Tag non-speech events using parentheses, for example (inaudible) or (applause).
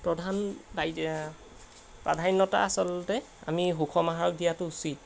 প্ৰধান (unintelligible) প্ৰাধান্যতা আচলতে আমি সুখম আহাৰক দিয়াটো উচিত